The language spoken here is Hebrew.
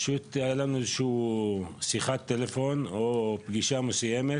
הייתה לנו שיחת טלפון או פגישה מסוימת